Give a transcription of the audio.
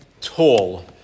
tall